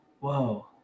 whoa